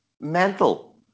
mental